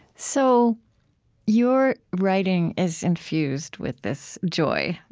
so your writing is infused with this joy.